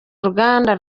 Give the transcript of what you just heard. urubuga